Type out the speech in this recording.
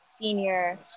senior